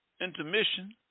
intermission